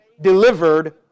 delivered